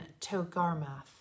Togarmath